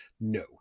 no